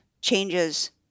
changes